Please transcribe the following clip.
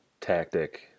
tactic